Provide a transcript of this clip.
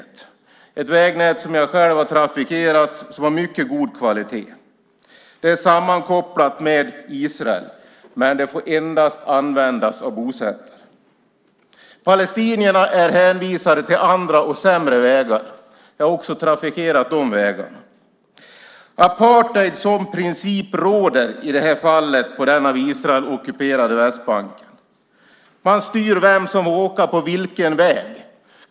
Det är ett vägnät som jag själv har trafikerat och som har mycket god kvalitet. Det är sammankopplat med Israel, men det får användas endast av bosättare. Palestinierna är hänvisade till andra, sämre vägar. Jag har också trafikerat de vägarna. Apartheid som princip råder i det här fallet på den av Israel ockuperade Västbanken. Man styr vem som får åka på vilken väg.